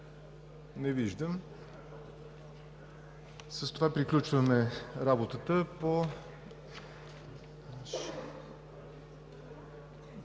Не виждам. С това приключваме работата по